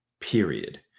Period